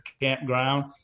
campground